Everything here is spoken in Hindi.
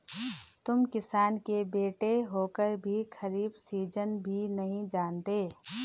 तुम किसान के बेटे होकर भी खरीफ सीजन भी नहीं जानते